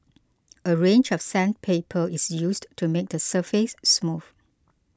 a range of sandpaper is used to make the surface smooth